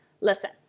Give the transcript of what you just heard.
Listen